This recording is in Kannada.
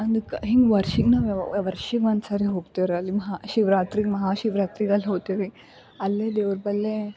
ಅದಕ್ಕೆ ಹಿಂಗ ವರ್ಷಕ್ಕೆ ನಾವು ವರ್ಷಕ್ಕೆ ಒಂದ್ಸರಿ ಹೋಗ್ತೀವ್ರಿ ಅಲ್ಲಿ ಮಹಾಶಿವರಾತ್ರಿ ಮಹಾಶಿವರಾತ್ರಿಗೆ ಅಲಿ ಹೋತೀವಿ ಅಲ್ಲಿ ದೇವ್ರ ಬಲ್ಲೆ